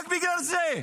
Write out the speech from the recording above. רק בגלל זה.